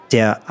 der